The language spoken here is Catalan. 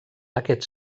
aquest